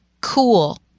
Cool